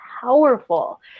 powerful